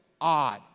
odd